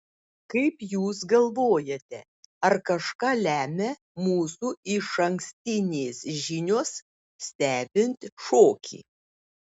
kaip jūs galvojate ar kažką lemia mūsų išankstinės žinios stebint šokį